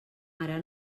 ara